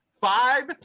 five